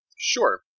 Sure